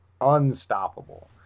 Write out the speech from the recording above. unstoppable